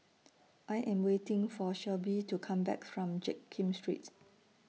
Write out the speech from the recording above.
I Am waiting For Shelbie to Come Back from Jiak Kim Street